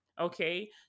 Okay